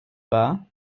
wahr